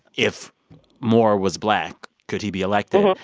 if moore was black, could he be elected?